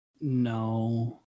no